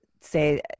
say